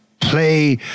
Play